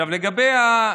תראו,